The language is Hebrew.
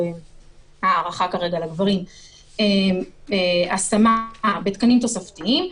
לאחריה יש השמה בתקנים תוספתיים,